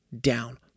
down